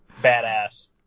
Badass